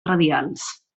radials